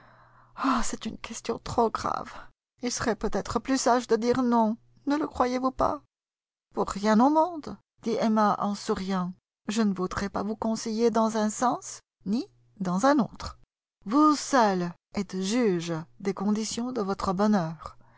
soi-même c'est une question trop grave il serait peut-être plus sage de dire non ne le croyez-vous pas pour rien au monde dit emma en souriant je ne voudrais vous conseiller dans un sens ni dans un autre vous seule êtes juge des conditions de votre bonheur